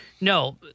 No